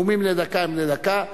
נאומים בני דקה הם בני דקה.